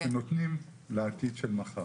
שנותנים לעתיד של מחר.